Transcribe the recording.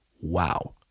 wow